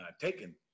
taken